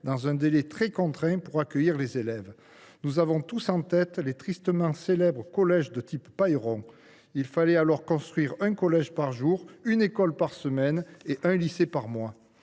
dans un délai très contraint pour accueillir les nouveaux élèves. Nous avons tous en tête les collèges, tristement célèbres, de « type Pailleron ». Il fallait alors construire un collège par jour, une école par semaine et un lycée par mois